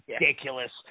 ridiculous